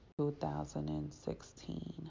2016